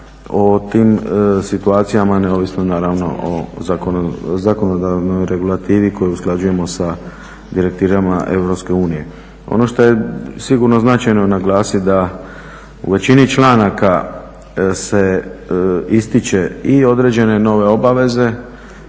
o tim situacijama neovisno naravno o zakonodavnoj regulativi koju usklađujemo sa direktivama Europske unije. Ono što je sigurno značajno naglasiti da u većini članaka se ističe i određene nove obaveze